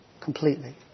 completely